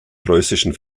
preußischen